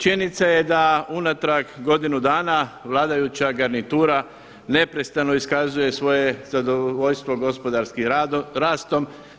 Činjenica je da unatrag godinu dana vladajuća garnitura neprestano iskazuje svoje zadovoljstvo gospodarskim rastom.